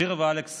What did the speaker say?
שירה ואלכס